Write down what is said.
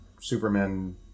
Superman